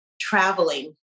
traveling